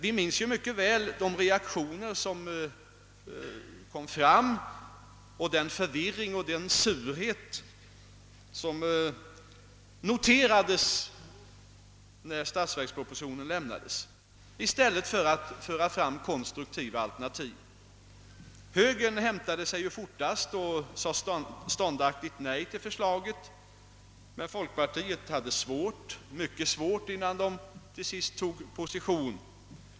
Vi minns mycket väl de reaktioner, den förvirring och den surhet som man gav uttryck åt, när statsverkspropositionen avlämnades, i stället för att fram lägga konstruktiva alternativ. Högern hämtade sig fortast och sade ståndaktigt nej till förslaget, men inom folkpartiet hade man stora svårigheter innan man till sist tog position.